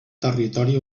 territori